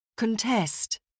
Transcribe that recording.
Contest